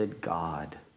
God